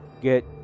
get